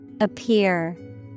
Appear